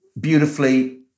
beautifully